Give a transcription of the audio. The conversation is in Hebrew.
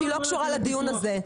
היא לא קשורה לדיון הזה.